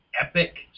Epic